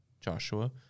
Joshua